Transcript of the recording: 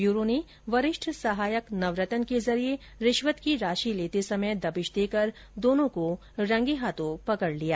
bureau ने वरिष्ठ सहायक नवरतन के जरिए रिश्वत की राशि लेते समय दबिश देकर दोनों को रंगे हाथों पकड़ लिया